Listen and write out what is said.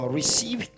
receive